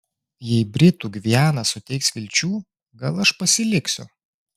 jei britų gviana suteiks vilčių gal aš pasiliksiu